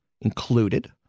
included